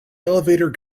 elevator